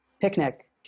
Picnic